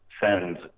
send